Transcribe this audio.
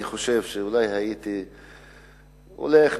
אולי הייתי הולך,